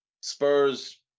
Spurs